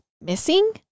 missing